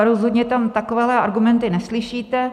Rozhodně tam takovéhle argumenty neslyšíte.